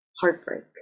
heartbreak